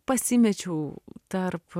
pasimečiau tarp